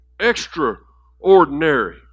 Extraordinary